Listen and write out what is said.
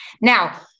Now